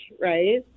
right